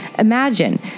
Imagine